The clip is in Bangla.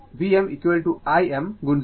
এটিও ম্যাগনিটিউড